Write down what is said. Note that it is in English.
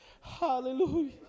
Hallelujah